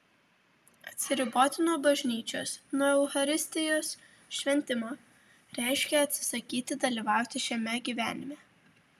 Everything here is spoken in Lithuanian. atsiriboti nuo bažnyčios nuo eucharistijos šventimo reiškia atsisakyti dalyvauti šiame gyvenime